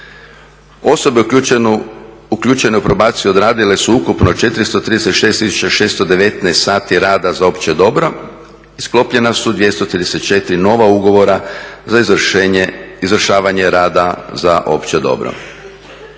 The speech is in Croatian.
Osobe uključene u probaciju odradile su ukupno 436 tisuća 619 sati rada za opće dobro. Sklopljena su 234 nova ugovora za izvršavanje rada za opće dobro.